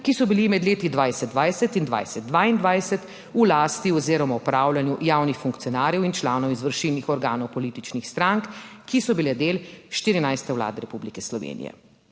ki so bili med leti 2020 in 2022 v lasti oziroma upravljanju javnih funkcionarjev in članov izvršilnih organov političnih strank, ki so bile del 14. Vlade Republike Slovenije.